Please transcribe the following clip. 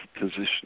position